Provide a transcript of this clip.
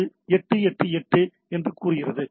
அது 8 8 8 8 என்று கூறுகிறது